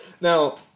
Now